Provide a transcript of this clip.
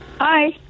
Hi